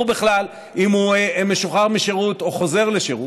בכלל אם הוא משוחרר משירות או חוזר לשירות,